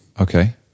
okay